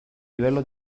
livello